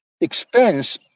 expense